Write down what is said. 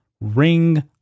ring